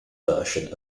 version